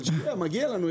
אבל מגיע לנו,